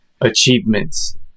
achievements